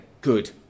good